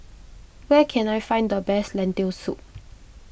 where can I find the best Lentil Soup